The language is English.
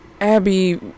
Abby